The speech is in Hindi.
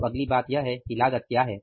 अब अगली बात यह है कि लागत क्या है